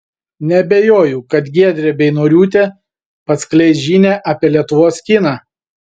neabejoju kad giedrė beinoriūtė paskleis žinią apie lietuvos kiną